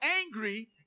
angry